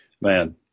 man